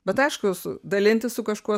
bet aišku su dalintis su kažkuo